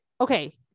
okay